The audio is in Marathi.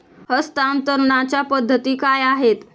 हस्तांतरणाच्या पद्धती काय आहेत?